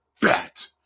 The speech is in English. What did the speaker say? bat